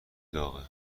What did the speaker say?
داغه